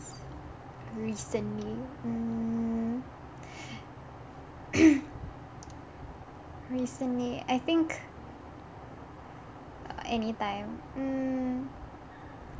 recently mm recently I think anytime mm